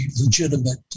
legitimate